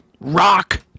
rock